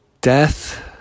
death